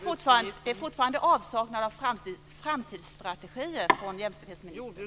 Fortfarande saknas framtidsstrategier från jämställdhetsministern.